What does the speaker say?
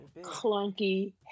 clunky